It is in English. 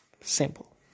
Simple